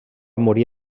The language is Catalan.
morir